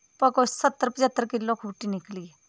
कोई सत्तर पंजतर किल्लो खूबटी निकली